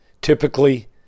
Typically